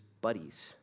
buddies